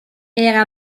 era